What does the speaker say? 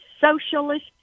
socialist